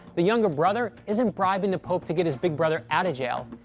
the younger brother isn't bribing the pope to get his big brother out of jail.